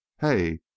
hey